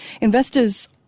Investors